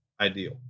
ideal